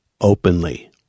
openly